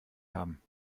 haben